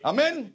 Amen